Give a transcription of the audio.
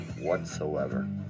whatsoever